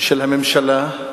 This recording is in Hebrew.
מול כל הפתיחות האלה,